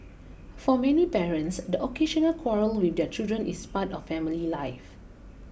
for many parents the occasional quarrel with their children is part of family life